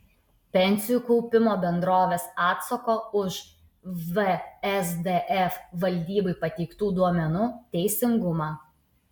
pensijų kaupimo bendrovės atsako už vsdf valdybai pateiktų duomenų teisingumą